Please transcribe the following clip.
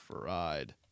fried